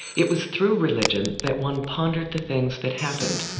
it was through religion that one pondered the things that happened,